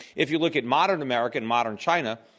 if you look at modern america and modern china,